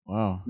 Wow